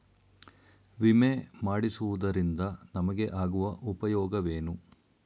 ವಿಮೆ ಮಾಡಿಸುವುದರಿಂದ ನಮಗೆ ಆಗುವ ಉಪಯೋಗವೇನು?